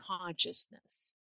consciousness